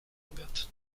obiad